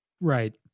Right